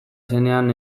zenean